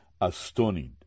astonished